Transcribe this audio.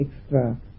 extra